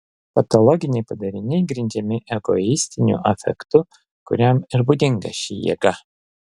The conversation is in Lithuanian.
patologiniai padariniai grindžiami egoistiniu afektu kuriam ir būdinga ši jėga